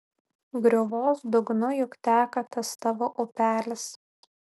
griovos dugnu juk teka tas tavo upelis